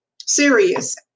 serious